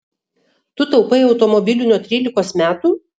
tu taupai automobiliui nuo trylikos metų